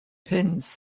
pins